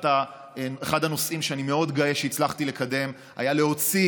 אחד הנושאים שאני מאוד גאה שהצלחתי לקדם היה להוציא